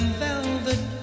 velvet